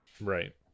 Right